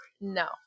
No